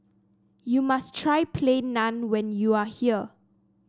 you must try Plain Naan when you are here